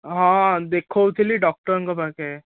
ହଁ ହଁ ଦେଖାଉଥିଲି ଡକ୍ଟରଙ୍କ ପାଖେ